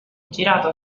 girato